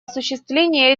осуществления